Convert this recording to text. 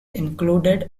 included